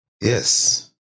Yes